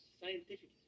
scientific